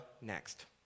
next